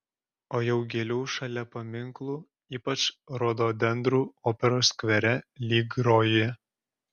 o jau gėlių šalia paminklų ypač rododendrų operos skvere lyg rojuje